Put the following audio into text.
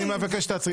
--- אני מבקש שתעצרי.